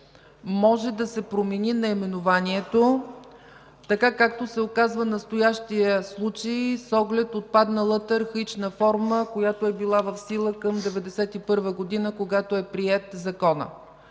може да се промени наименованието, така както се оказва настоящият случай с оглед отпадналата архаична форма, която е била в сила към 1991 г., когато е приет Законът.